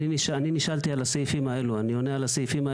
אני נשאלתי על הסעיפים האלה ואני עונה על זה.